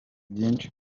byinshi